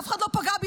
אף אחד לא פגע בי,